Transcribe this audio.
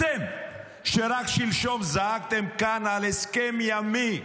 אתם, שרק שלשום זעקתם כאן על הסכם ימי,